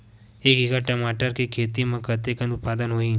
एक एकड़ टमाटर के खेती म कतेकन उत्पादन होही?